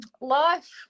life